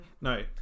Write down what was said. No